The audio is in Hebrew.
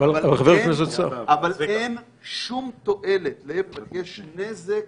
אבל, אין שום תועלת להפך, יש נזק